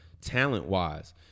talent-wise